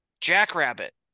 Jackrabbit